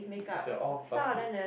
they're all plastic